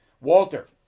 Walter